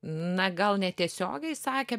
na gal netiesiogiai sakė